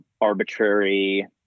arbitrary